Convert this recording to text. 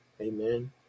Amen